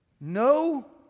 No